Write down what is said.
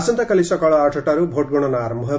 ଆସନ୍ତାକାଲି ସକାଳ ଆଠଟାରୁ ଭୋଟ ଗଶନା ଆରୟ ହେବ